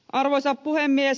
arvoisa puhemies